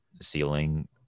ceiling